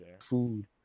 food